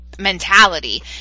Mentality